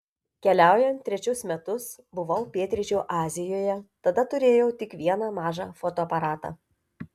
keliaujant trečius metus buvau pietryčių azijoje tada turėjau tik vieną mažą fotoaparatą